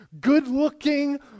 good-looking